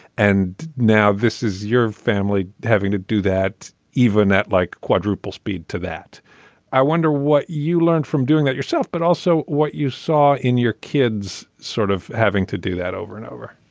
and now this is your family having to do that even at like quadruple speed to that i wonder what you learned from doing that yourself but also what you saw in your kids sort of having to do that over and over